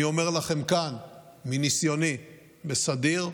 אני אומר לכם כאן, מניסיוני בסדיר ובמילואים: